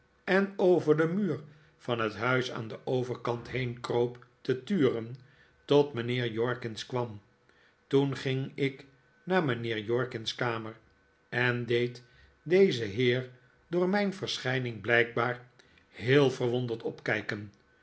en over den muur van het huis aan den overkant'heenkroop te turen tot mijnheer jorkins kwam toen ging ik naar mijnheer jorkins kamer en deed dezen heer door mijn verschijning blijkbaar heel verwonderd opkijken